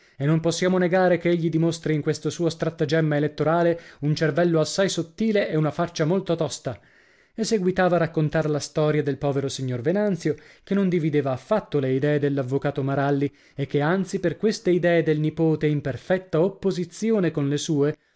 e non possiamo negare che egli dimostri in questo suo strattagemma elettorale un cervello assai sottile e una faccia molto tosta e seguitava a raccontar la storia del povero signor venanzio che non divideva affatto le idee dell'avvocato maralli e che anzi per queste idee del nipote in perfetta opposizione con le sue